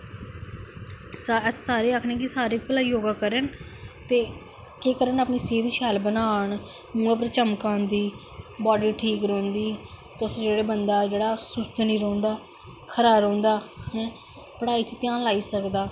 सारें गी आखने कि सारे भला योगा करन ते केह् करन अपनी सेहत गी शैल बनान मूंह् उप्पर चमक आंदी बाॅडी ठीक रौंह्दी तुस जेह्ड़े बंदा जेह्ड़ा सुस्त नेईं रौंह्दा खरा रौंह्दा ऐ पढाई च ध्यान लाई सकदा